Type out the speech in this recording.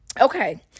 Okay